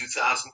2,000